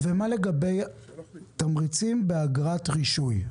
מה לגבי תמריצים באגרת רישוי?